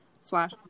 slash